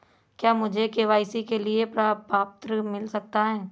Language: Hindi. क्या मुझे के.वाई.सी के लिए प्रपत्र मिल सकता है?